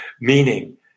Meaning